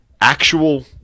actual